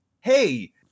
Hey